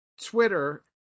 twitter